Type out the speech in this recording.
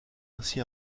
ainsi